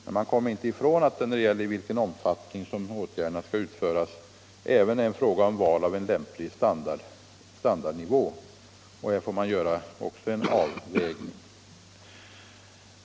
Men man kommer inte ifrån att det när det gäller i vilken omfattning åtgärderna skall utföras även är en fråga om val av lämplig standardnivå. Här får man göra en avvägning.